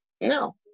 No